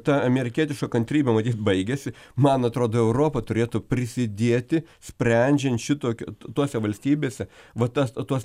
ta amerikietiška kantrybė matyt baigėsi man atrodo europa turėtų prisidėti sprendžiant šitokią tose valstybėse va tas o tuos